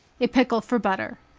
a pickle for butter.